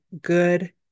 good